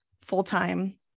full-time